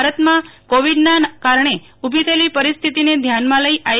ભારતમાં કોવીડના કારણે ઉલી થયેલી પરિસ્થિતિને ધ્યાનમાં લઈને આઈ